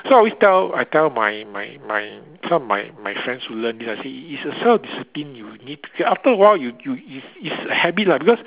so I always tell I tell my my my some of my my friends who learn this I say it's a self discipline you need after a while you you it's it's habit lah because